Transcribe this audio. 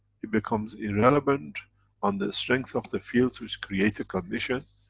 it becomes irrelevant on the strength of the fields which create a condition,